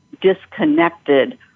disconnected